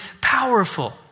powerful